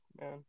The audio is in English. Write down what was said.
Man